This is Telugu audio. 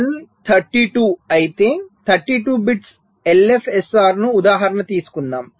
n 32 అయితే 32 బిట్స్ ఎల్ఎఫ్ఎస్ఆర్ను ఉదాహరణ తీసుకుందాం